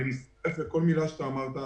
אני מצטרף לכל מילה שאמרת.